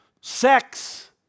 sex